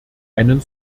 einen